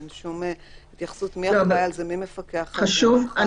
אין שום התייחסות מי אחראי על זה, מי מפקח על זה.